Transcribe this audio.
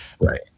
right